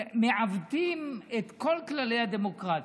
מעוותים את כל כללי הדמוקרטיה.